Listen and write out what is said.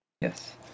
Yes